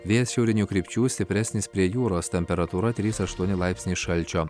vėjas šiaurinių krypčių stipresnis prie jūros temperatūra trys aštuoni laipsniai šalčio